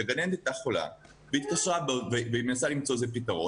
שגננת הייתה חולה והיא ניסתה למצוא איזה פתרון,